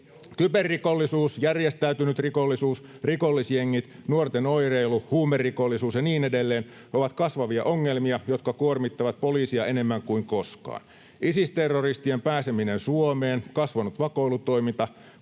Kyberrikollisuus, järjestäytynyt rikollisuus, rikollisjengit, nuorten oireilu, huumerikollisuus ja niin edelleen ovat kasvavia ongelmia, jotka kuormittavat poliisia enemmän kuin koskaan. Isis-terroristien pääseminen Suomeen ja kasvanut vakoilutoiminta